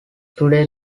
today